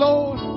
Lord